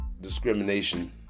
discrimination